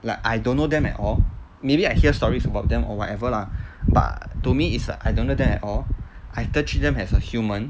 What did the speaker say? like I don't know them at all maybe I hear stories about them or whatever lah but to me is I don't know them at all I treat them as a human